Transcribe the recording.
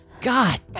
God